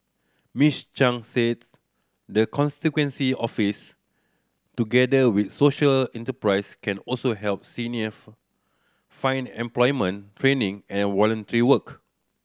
Miss Chan said the constituency office together with social enterprise can also help seniors find employment training and volunteer work